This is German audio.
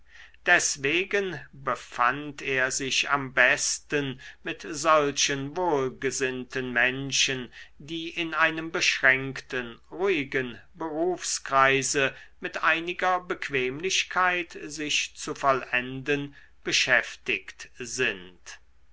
deswegen befand er sich am besten mit solchen wohlgesinnten menschen die in einem beschränkten ruhigen berufskreise mit einiger bequemlichkeit sich zu vollenden beschäftigt sind